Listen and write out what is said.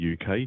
UK